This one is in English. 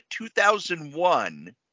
2001